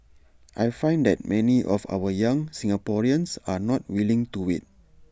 I find that many of our young Singaporeans are not willing to wait